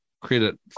credit